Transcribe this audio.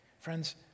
Friends